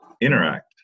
Interact